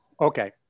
okay